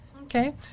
okay